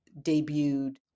debuted